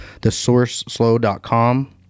thesourceslow.com